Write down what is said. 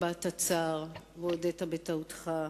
הבעת צער והודית בטעותך.